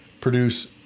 produce